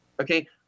Okay